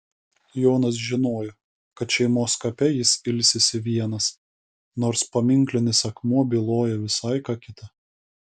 jonas žinojo kad šeimos kape jis ilsisi vienas nors paminklinis akmuo byloja visai ką kita